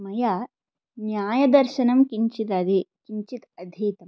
मया न्यायदर्शनं किञ्जिददि किञ्चिदधीतम्